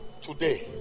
Today